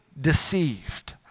Deceived